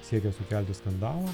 siekia sukelti skandalą